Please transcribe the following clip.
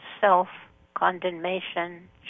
self-condemnation